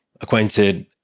acquainted